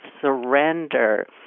surrender